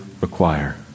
require